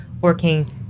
working